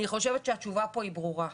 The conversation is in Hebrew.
אני חושבת שהתשובה פה היא ברורה,